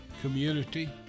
community